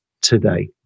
today